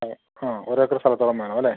അതെ ആ ഒരേക്കർ സ്ഥലത്തോളം വേണം അല്ലേ